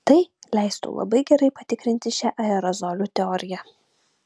tai leistų labai gerai patikrinti šią aerozolių teoriją